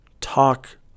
Talk